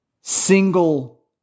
single